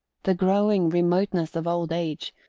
the growing remoteness of old age,